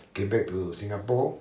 came back to singapore